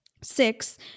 Six